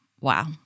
Wow